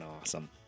awesome